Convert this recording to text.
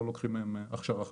לא לוקחים מהם הכשרה חדשה.